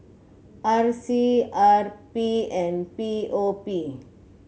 R C R P and P O P